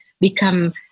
become –